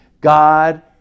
God